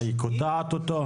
היא קוטעת אותו?